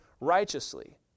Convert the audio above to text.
righteously